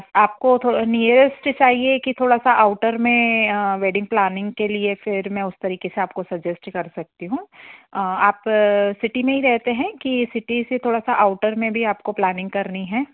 आपको तो नीयरेस्ट चाहिए कि थोड़ा सा आउटर में वेडिंग प्लानिंग के लिए फिर मैं उस तरीक़े से आपको सजेस्ट कर सकती हूँ आप सिटी में ही रहते हैं कि सिटी से थोड़ा सा आउटर में भी आपको प्लानिंग करनी है